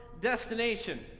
destination